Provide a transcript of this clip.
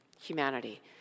humanity